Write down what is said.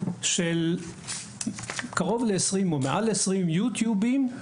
של קרוב ל - 20 או מעל ל - 20 קטעי וידיאו ב - YouTube,